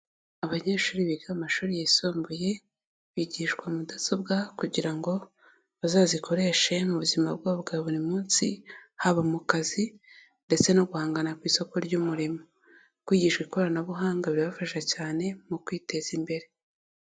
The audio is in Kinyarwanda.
Abanyeshuri biga amashuri yisumbuye bigishwa mudasobwa kugira ngo bazazikoreshe mu buzima bwabo bwa buri munsi, haba mu kazi ndetse no guhangana ku isoko ry'umurimo, kwigisha ikoranabuhanga birabafasha cyane mu kwiteza imbere.